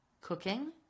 cooking